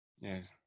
Yes